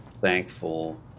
thankful